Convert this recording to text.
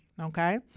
okay